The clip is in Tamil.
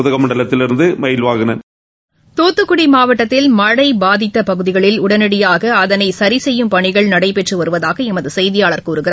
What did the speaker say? நீலகிரியில் இருந்து மகில்வாகனன் தூத்துக்குடி மாவட்டத்தில் மழை பாதித்த பகுதிகளில் உடனடியாக அதனை சரிசெய்யும் பணிகள் நடைபெற்று வருவதாக எமது செய்தியாளர் கூறுகிறார்